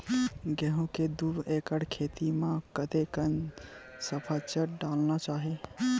गेहूं के दू एकड़ खेती म कतेकन सफाचट डालना चाहि?